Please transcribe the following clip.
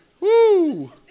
Woo